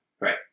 Right